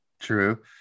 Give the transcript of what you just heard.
true